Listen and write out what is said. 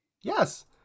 Yes